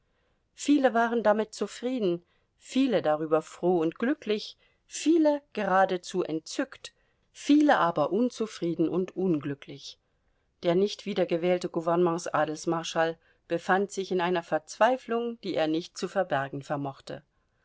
viele waren damit zufrieden viele darüber froh und glücklich viele geradezu entzückt viele aber unzufrieden und unglücklich der nicht wiedergewählte gouvernements adelsmarschall befand sich in einer verzweiflung die er nicht zu verbergen vermochte